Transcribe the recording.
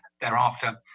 thereafter